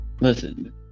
listen